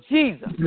Jesus